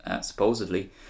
supposedly